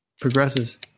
progresses